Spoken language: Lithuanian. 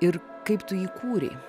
ir kaip tu jį kūrei